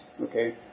Okay